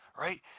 right